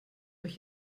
euch